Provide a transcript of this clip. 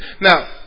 Now